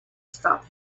stop